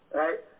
right